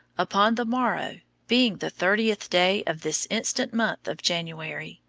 upon the morrow, being the thirtieth day of this instant month of january,